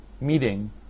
meeting